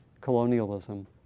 colonialism